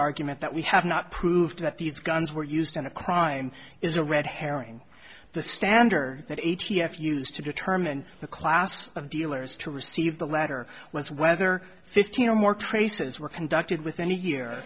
argument that we have not proved that these guns were used in a crime is a red herring the standard that a t f used to determine the class of dealers to receive the latter was whether fifteen or more traces were conducted within a year